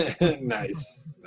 Nice